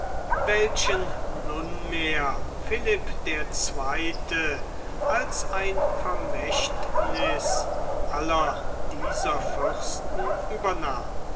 welchen nunmehr philipp der zweite als ein vermächtniß aller dieser fürsten übernahm